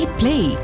play